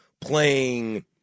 playing